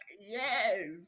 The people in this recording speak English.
yes